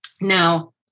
now